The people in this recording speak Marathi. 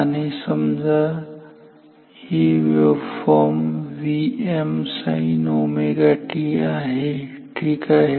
आता समजा ही वेव्हफॉर्म Vm sin 𝜔t आहे ठीक आहे